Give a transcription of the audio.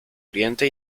oriente